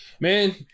Man